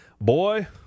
boy